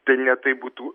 tai ne taip būtų